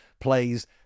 plays